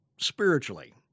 spiritually